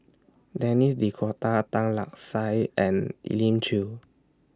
Denis D'Cotta Tan Lark Sye and Elim Chew